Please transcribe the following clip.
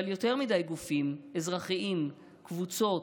אבל יותר מדי גופים אזרחיים, קבוצות,